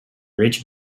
rich